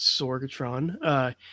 Sorgatron